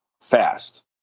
fast